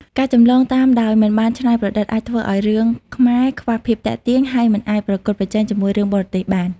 ការចម្លងតាមដោយមិនបានច្នៃប្រឌិត អាចធ្វើឲ្យរឿងខ្មែរខ្វះភាពទាក់ទាញ ហើយមិនអាចប្រកួតប្រជែងជាមួយរឿងបរទេសបាន។